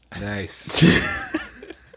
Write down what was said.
Nice